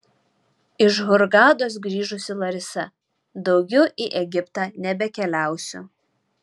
iš hurgados grįžusi larisa daugiau į egiptą nebekeliausiu